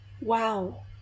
Wow